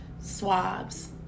swabs